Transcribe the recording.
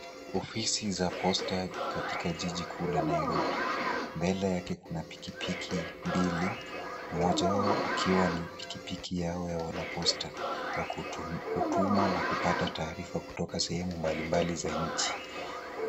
Ofisi za posta katika jiji kuu la Nairobi. Mbele yake kuna pikipiki mbili moja yao ikiwa ni pikipiki yao ya wanaposta ya kutuma na kupata taarifa kupata kutoka sehemu mbalimbali za nchi.